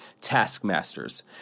taskmasters